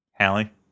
hallie